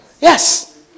Yes